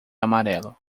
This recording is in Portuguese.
amarelo